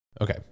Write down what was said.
okay